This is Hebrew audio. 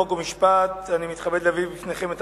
חוק ומשפט אני מתכבד להביא בפניכם את